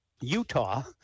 Utah